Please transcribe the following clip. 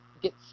get